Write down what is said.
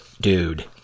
dude